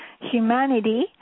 humanity